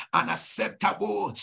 unacceptable